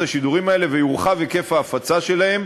השידורים האלה ויורחב היקף ההפצה שלהם,